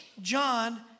John